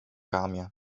ramię